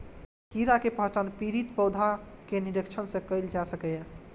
कीड़ा के पहचान पीड़ित पौधा के निरीक्षण सं कैल जा सकैए